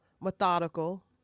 methodical